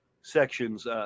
sections